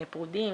פרודים,